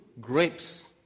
grapes